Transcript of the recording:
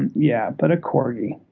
and yeah, but a corgi.